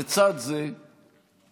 לצד זה חשוב,